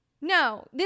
No